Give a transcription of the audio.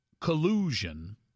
collusion